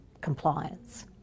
compliance